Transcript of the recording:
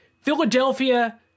Philadelphia